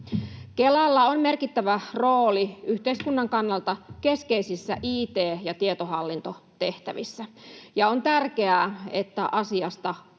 Kelalla on merkittävä rooli yhteiskunnan kannalta keskeisissä it- ja tietohallintotehtävissä, ja on tärkeää, että asiasta huolehditaan